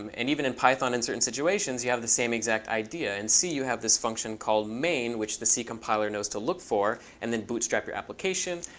um and even in python in certain situations, you have the same exact idea. in and c, you have this function called main, which the c compiler knows to look for and then bootstrap your application.